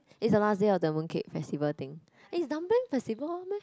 is the last day of the Mooncake Festival thing eh is dumpling festival one meh